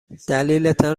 دلیلتان